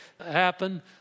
happen